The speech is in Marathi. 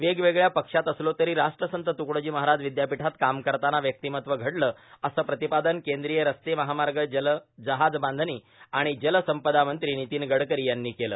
वेगवेगळ्या पक्षात असलो तरी राष्ट्रसंत तुकडोजी महाराज विद्यापीठात काम करताना व्यक्तिमत्व घडलं असं प्रतिपादन केंद्रीय रस्ते महामार्ग जहाजबांधणी आणि जलसंपदा मंत्री नितीन गडकरी यांनी केलं